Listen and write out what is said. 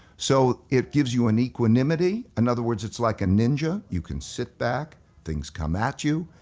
so it gives you an equanimity. in other words, it's like a ninja. you can sit back things come at you,